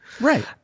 Right